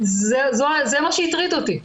זה מה שהטריד אותי,